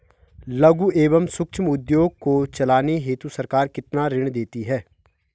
लघु एवं सूक्ष्म उद्योग को चलाने हेतु सरकार कितना ऋण देती है?